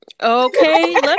Okay